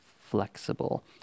flexible